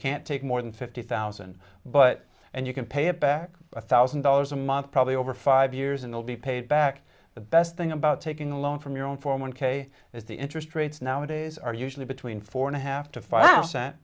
can't take more than fifty thousand but and you can pay it back a thousand dollars a month probably over five years in the be paid back the best thing about taking a loan from your own for one k at the interest rates nowadays are usually between four and a half to five percent